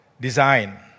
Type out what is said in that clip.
design